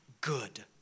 good